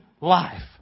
life